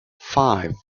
five